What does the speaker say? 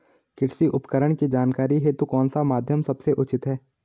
कृषि उपकरण की जानकारी हेतु कौन सा माध्यम सबसे उचित है?